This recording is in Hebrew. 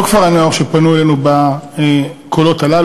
כל כפרי-הנוער שפנו אלינו בקולות האלה,